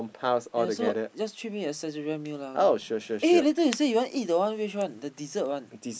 ya so just treat me a Saizeriya meal lah okay eh later you say you want to eat that one which one the dessert one